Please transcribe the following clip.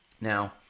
now